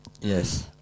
Yes